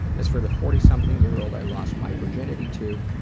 as for the forty something year old i lost my virginity to,